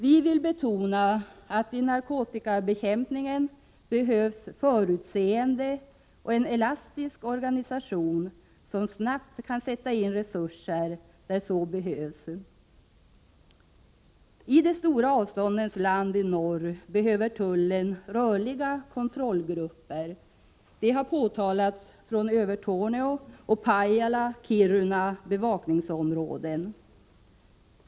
Vi vill betona att det vid narkotikabekämpning behövs förutseende och en elastisk organisation, som snabbt kan sätta in resurser där så behövs. I de stora avståndens land i norr behöver tullen rörliga kontrollgrupper. Det har framhållits från Övertorneå, Pajala och Kiruna bevakningsområden.